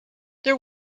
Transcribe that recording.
there